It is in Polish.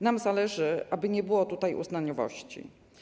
Nam zależy, aby nie było tutaj uznaniowości.